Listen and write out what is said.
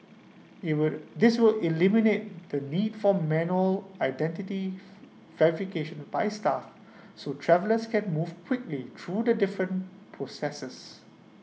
IT will this will eliminate the need for manual identity verification by staff so travellers can move quickly through the different processes